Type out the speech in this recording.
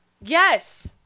Yes